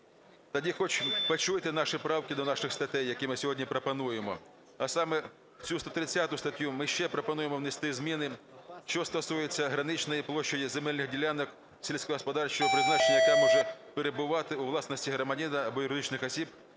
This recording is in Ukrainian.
Тоді хоч почуйте наші правки до наших статей, які ми сьогодні пропонуємо. А саме, в цю 130 статтю ми ще пропонуємо внести зміни, що стосується граничної площі земельних ділянок сільськогосподарського призначення, яка може перебувати у власності громадянина або юридичних осіб,